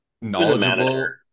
knowledgeable